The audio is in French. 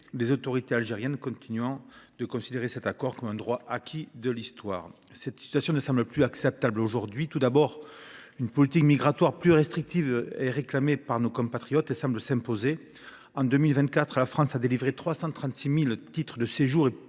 Les autorités algériennes continuent de considérer cet accord comme un droit acquis hérité de l’histoire. Or cette situation ne semble plus acceptable aujourd’hui. Une politique migratoire plus restrictive est réclamée par nos compatriotes et semble s’imposer. En 2024, la France a délivré 336 000 titres de séjour